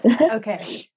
okay